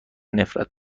نفرت